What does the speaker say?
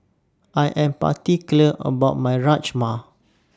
I Am particular about My Rajma